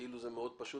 כאילו זה פשוט מאוד.